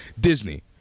Disney